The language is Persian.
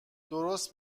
درست